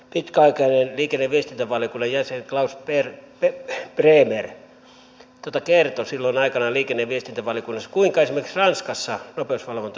pitkäaikainen liikenne ja viestintävaliokunnan jäsen klaus bremer kertoi silloin aikanaan liikenne ja viestintävaliokunnassa kuinka esimerkiksi ranskassa nopeusvalvonta suoritetaan